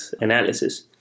analysis